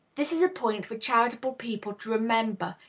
this is a point for charitable people to remember,